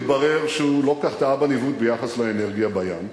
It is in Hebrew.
התברר שהוא לא כל כך טעה בניווט ביחס לאנרגיה בים.